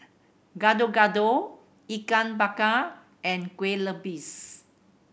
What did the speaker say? Gado Gado Ikan Bakar and Kueh Lupis